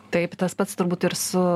taip tas pats turbūt ir su